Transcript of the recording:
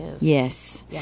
Yes